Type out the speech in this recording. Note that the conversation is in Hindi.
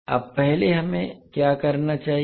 अब पहले हमें क्या करना चाहिए